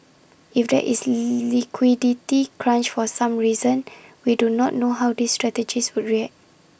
if there is lee liquidity crunch for some reason we do not know how these strategies would ray